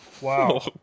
Wow